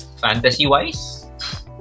Fantasy-wise